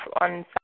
on